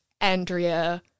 Andrea